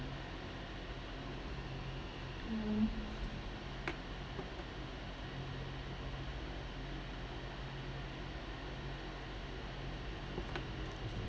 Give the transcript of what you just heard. um